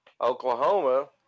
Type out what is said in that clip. Oklahoma